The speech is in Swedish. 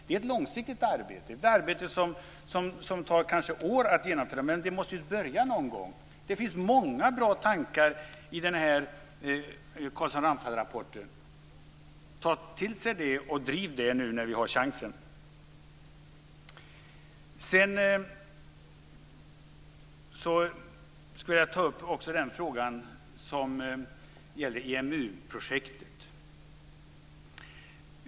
Det är ett långsiktigt arbete som kanske tar år att genomföra, men vi måste börja någon gång. Det finns många bra tankar i Carlsson-Ramphal-rapporten. Ta till er det och driv det nu när vi har chansen. Jag skulle vilja ta upp frågan om EMU-projektet.